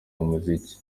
umuziki